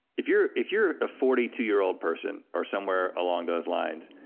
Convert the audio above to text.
if you're if you're a forty two year old person, or somewhere along those lines,